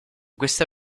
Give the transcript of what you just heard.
questa